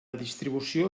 distribució